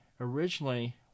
originally